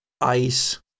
ice